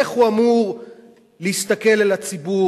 איך הוא אמור להסתכל על הציבור?